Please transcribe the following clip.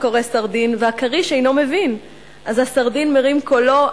קורא סרדין / והכריש אינו מבין.// אז הסרדין מרים קולו: